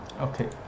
Okay